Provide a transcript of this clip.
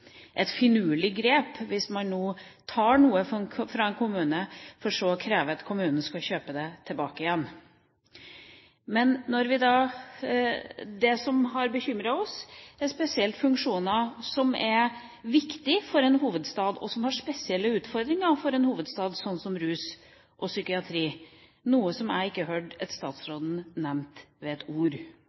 et finurlig grep hvis man nå tar noe fra en kommune, for så å kreve at kommunen skal kjøpe det tilbake igjen. Men det som har bekymret oss, er spesielt funksjoner som er viktige for en hovedstad, og som er spesielle utfordringer for en hovedstad, slik som rus og psykiatri, noe jeg ikke hørte at statsråden nevnte med ett ord.